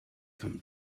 come